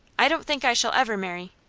i don't think i shall ever marry.